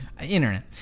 internet